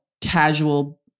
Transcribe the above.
casual